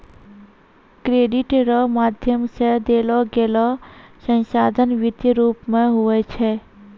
credit रो माध्यम से देलोगेलो संसाधन वित्तीय रूप मे हुवै छै